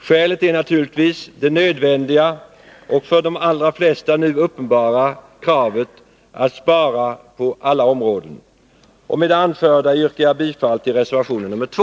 Skälet är naturligtvis det nödvändiga och för de allra flesta nu uppenbara kravet att spara på alla områden. Med det anförda yrkar jag bifall till reservation 2.